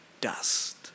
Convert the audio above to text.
dust